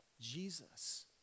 Jesus